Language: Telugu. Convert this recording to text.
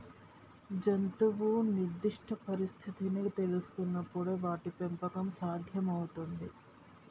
జంతువు నిర్దిష్ట పరిస్థితిని తెల్సుకునపుడే వాటి పెంపకం సాధ్యం అవుతుంది